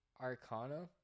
Arcana